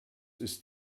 ist